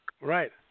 Right